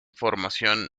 formación